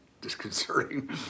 disconcerting